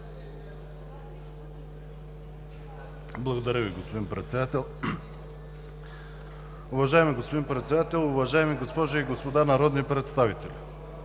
Благодаря Ви, господин Председател. Уважаеми господин Председател, уважаеми госпожи и господа народни представители!